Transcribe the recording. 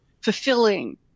fulfilling